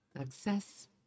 Success